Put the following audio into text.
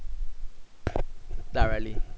directly